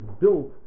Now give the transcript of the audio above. built